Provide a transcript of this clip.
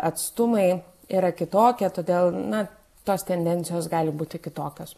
atstumai yra kitokie todėl na tos tendencijos gali būti kitokios